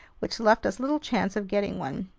which left us little chance of getting one.